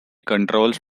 controls